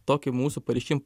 tokį mūsų pareiškimą